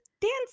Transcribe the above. dance